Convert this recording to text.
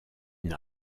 une